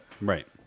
Right